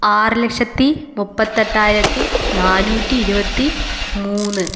ആറ് ലക്ഷത്തി മുപ്പത്തെട്ടായിരത്തി നാനൂറ്റി ഇരുപത്തി മൂന്ന്